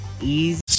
Easy